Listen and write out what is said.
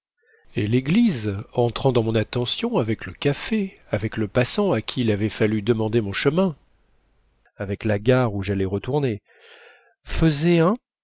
et l'église entrant dans mon attention avec le café avec le passant à qui il avait fallu demander mon chemin avec la gare où j'allais retourner faisait un